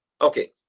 Okay